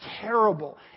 terrible